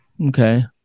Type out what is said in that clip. Okay